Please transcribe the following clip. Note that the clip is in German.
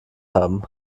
haben